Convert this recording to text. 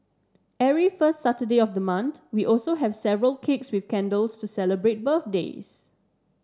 every first Saturday of the month we also have several cakes with candles to celebrate birthdays